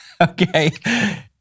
Okay